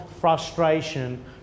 frustration